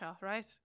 right